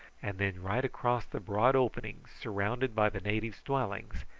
and then right across the broad opening surrounded by the natives' dwellings,